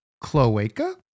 cloaca